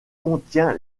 contient